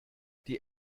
die